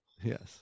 Yes